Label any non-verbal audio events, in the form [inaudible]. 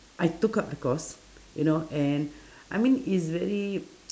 I took up the course you know and [breath] I mean is very